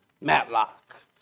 Matlock